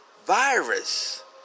virus